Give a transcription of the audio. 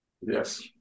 yes